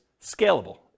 scalable